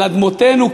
על אדמותינו,